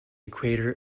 equator